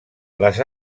les